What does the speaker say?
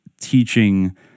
teaching